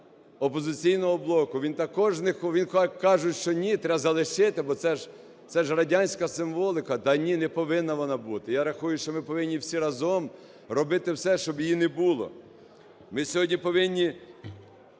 він також… він каже, що ні, треба залишити, бо це ж радянська симоволіка. Да ні, не повинна вона бути. Я рахую, що ми повинні всі разом робити все, щоб її не було. Ми сьогодні повинні